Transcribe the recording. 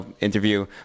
interview